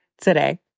Today